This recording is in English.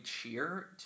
cheer